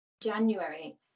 January